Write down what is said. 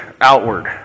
outward